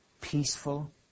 peaceful